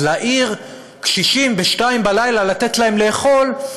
אז להעיר קשישים ב-02:00 לתת להם לאכול,